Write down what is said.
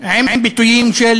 עם ביטויים של